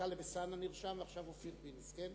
טלב אלסאנע נרשם ועכשיו אופיר פינס, כן?